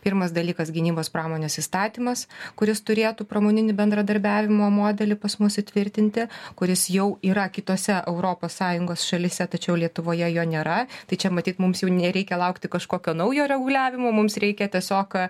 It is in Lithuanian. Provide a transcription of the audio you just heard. pirmas dalykas gynybos pramonės įstatymas kuris turėtų pramoninį bendradarbiavimo modelį pas mus įtvirtinti kuris jau yra kitose europos sąjungos šalyse tačiau lietuvoje jo nėra tai čia matyt mums jau nereikia laukti kažkokio naujo reguliavimo mums reikia tiesiog